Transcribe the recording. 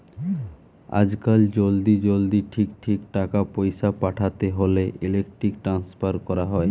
আজকাল জলদি জলদি ঠিক ঠিক টাকা পয়সা পাঠাতে হোলে ইলেক্ট্রনিক ট্রান্সফার কোরা হয়